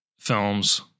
films